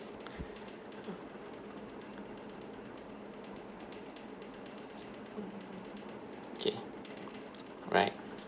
kay right